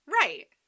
Right